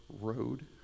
road